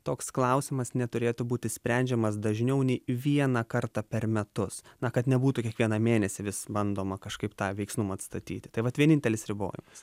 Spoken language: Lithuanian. toks klausimas neturėtų būti sprendžiamas dažniau nei vieną kartą per metus na kad nebūtų kiekvieną mėnesį vis bandoma kažkaip tą veiksnumą atstatyti tai vat vienintelis ribojimas